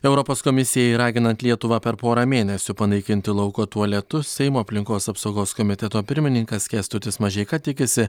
europos komisijai raginant lietuvą per porą mėnesių panaikinti lauko tualetus seimo aplinkos apsaugos komiteto pirmininkas kęstutis mažeika tikisi